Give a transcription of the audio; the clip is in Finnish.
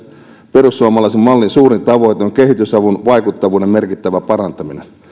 perussuomalaisen mallin suurin tavoite on kehitysavun vaikuttavuuden merkittävä parantaminen